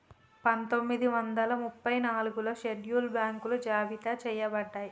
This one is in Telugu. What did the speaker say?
పందొమ్మిది వందల ముప్పై నాలుగులో షెడ్యూల్డ్ బ్యాంకులు జాబితా చెయ్యబడ్డయ్